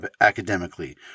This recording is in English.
academically